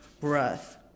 breath